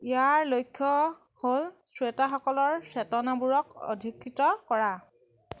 ইয়াৰ লক্ষ্য হ'ল শ্ৰোতাসকলৰ চেতনাবোৰক অধিকৃত কৰা